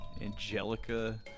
Angelica